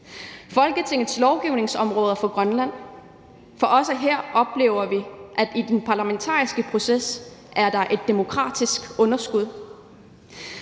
Folketingets lovgivningsområder for Grønland. For også her oplever vi, at der i den parlamentariske proces er et demokratisk underskud.